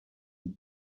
with